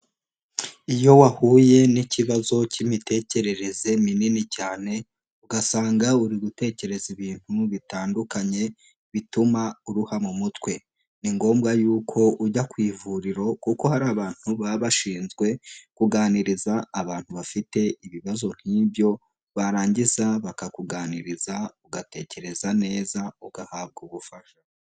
Iyo wahuye n'ikibazo cy'imitekerereze minini cyane ugasanga uri gutekereza ibintu bitandukanye bituma uruha mu mutwe, ni ngombwa yuko ujya ku ivuriro kuko hari abantu baba bashinzwe kuganiriza abantu bafite ibibazo nk'ibyo barangiza bakakuganiriza ugatekereza neza ugahabwa ubufasha.